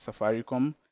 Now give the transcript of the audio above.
Safaricom